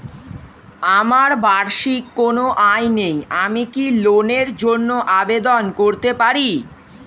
আমার বার্ষিক কোন আয় নেই আমি কি লোনের জন্য আবেদন করতে পারি?